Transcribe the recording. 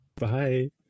bye